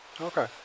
Okay